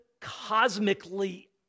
cosmically